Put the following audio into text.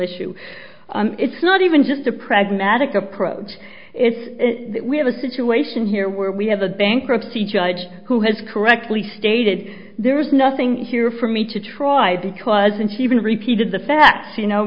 issue it's not even just a pragmatic approach it's we have a situation here where we have a bankruptcy judge who has correctly stated there's nothing here for me to try because and she repeated the facts you know